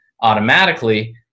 automatically